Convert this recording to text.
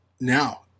now